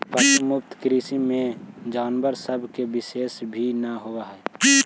पशु मुक्त कृषि में जानवर सब के शोषण भी न होब हई